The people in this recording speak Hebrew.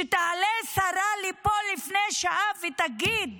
שתעלה שרה לפה לפני שעה ותגיד,